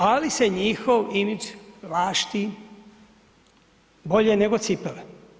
Ali se njihov imidž lašti bolje nego cipele.